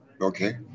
Okay